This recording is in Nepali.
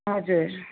हजुर